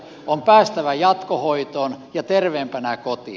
on päästävä jatkohoitoon ja terveempänä kotiin